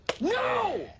no